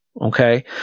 Okay